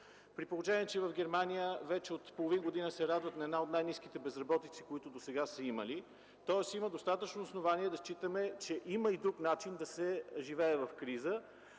При положение че в Германия вече от половин година се радват на една от най-ниските безработици, които досега са имали. Има достатъчно основание да считаме, че има и друг начин да се живее в криза